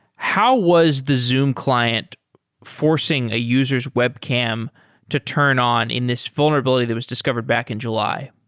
how was the zoom client forcing a user s webcam to turn on in this vulnerability that was discovered back in july?